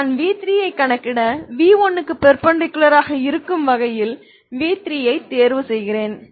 நான் v3 ஐ கணக்கிட v1 க்கு பெர்பெண்டிகுலர் ஆக இருக்கும் வகையில் v3 ஐத் தேர்வு செய்கிறேன்